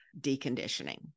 deconditioning